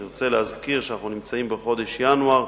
אני רוצה להזכיר שאנחנו בחודש ינואר,